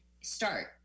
start